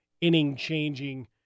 inning-changing